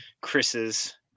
Chris's